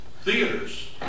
theaters